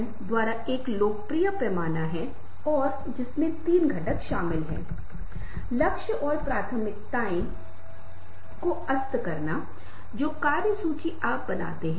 कश्मीर शब्द का कुल अर्थ पूरी तरह से बदल जाता है और उसी के आधार पर प्रस्तुतियाँ हो सकती हैं जो आप करने जा रहे हैं इस तरह की धुन सेट करें कि आप उस धुन को सेट करें जो आप उसके बाद पेश करने जा रहे हैं